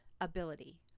ability